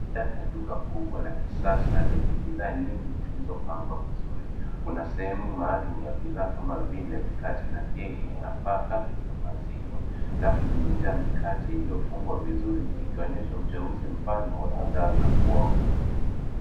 Ndani ya duka kubwa la kisasa lenye bidhaa nyingi zilizopangwa vizuri, kuna sehemu maalum ya bidhaa kama vile mikate na keki nafaka na maziwa. Rafu zimejaa mikate iliyo fungwa vizuri ikionyesha uteuzi mpana wa bidhaa za kuoga.